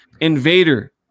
Invader